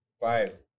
Five